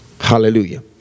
Hallelujah